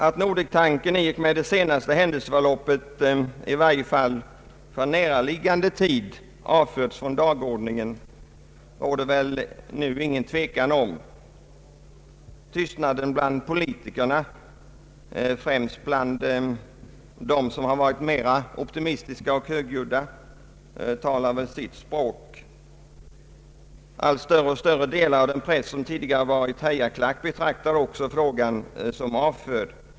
Att Nordektanken i och med det senaste händelseförloppet i varje fall för näraliggande tid har avförts från dagordningen råder väl nu ingen tvekan om. Tystnaden bland politikerna — främst bland dem som tidigare har varit mera optimistiska och högljudda — talar sitt tydliga språk. Allt större och större delar av den press som tidigare varit hejaklack betraktar också frågan som avförd.